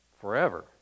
Forever